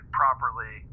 properly